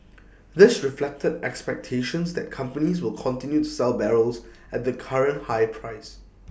this reflected expectations that companies will continue to sell barrels at the current higher price